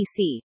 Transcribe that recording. PC